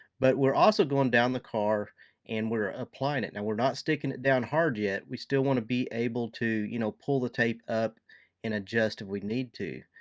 but we're also going down the car and we're applying it. now we're not sticking it down hard yet, we still want to be able to you know pull the tape up and adjust if we need to.